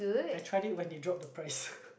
I tried it when they drop the price